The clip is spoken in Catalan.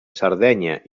sardenya